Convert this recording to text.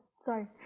sorry